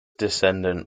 descendant